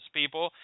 people